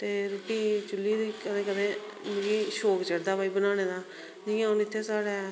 ते रुट्टी चुल्ली दी कदें कदें मिगी शौक चढ़दा भाई बनाने दा जियां हून इत्थै साढ़े